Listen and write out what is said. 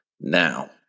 Now